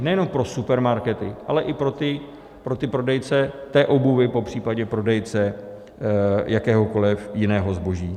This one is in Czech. Nejenom pro supermarkety, ale i pro ty prodejce obuvi, popřípadě prodejce jakéhokoliv jiného zboží.